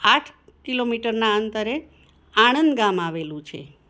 આઠ કિલોમીટરના અંતરે આણંદ ગામ આવેલું છે